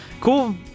cool